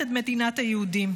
על אנשי חינוך המחנכים לשנאה ולהרג,